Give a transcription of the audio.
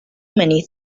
many